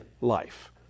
life